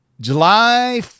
july